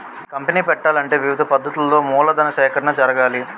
company పెట్టాలంటే వివిధ పద్ధతులలో మూలధన సేకరణ జరగాలి